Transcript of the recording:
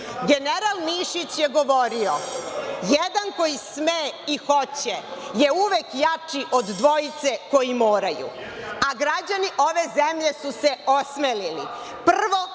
General Mišić je govorio – jedan koji sve i hoće je uvek jači od dvojice koji moraju, a građani ove zemlje su se osmelili,